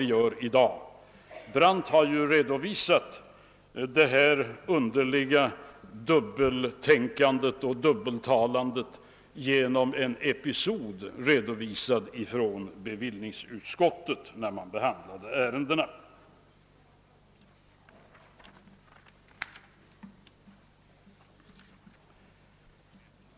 Herr Brandt har ju redovisat detta underliga dubbeltänkande och dubbeltalande genom att återge en episod från bevillningsutskottets behandling av ärendena.